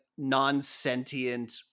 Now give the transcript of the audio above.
non-sentient